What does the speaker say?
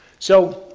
so,